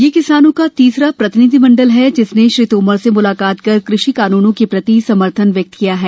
यह किसानों का तीसरा प्रतिनिधिमंडल है जिसने श्री तोमर से मुलाकात कर कृषि कानूनों के प्रति समर्थन व्यक्त किया है